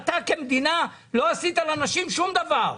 אתה כמדינה לא עשית לנשים שום דבר.